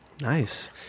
Nice